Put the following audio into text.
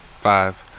Five